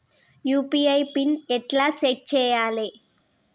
UPI pin ఎట్లా set చేయాలే?